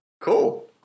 Cool